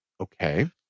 Okay